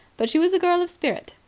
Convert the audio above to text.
but she was a girl of spirit.